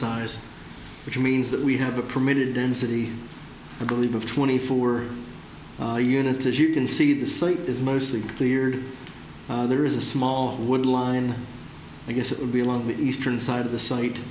size which means that we have a permitted density i believe of twenty four units as you can see this is mostly cleared there is a small wood line i guess it would be along the eastern side of the site